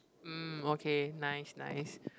um okay nice nice